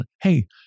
hey